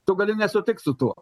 tu gali nesutikt su tuo